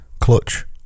Clutch